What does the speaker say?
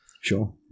Sure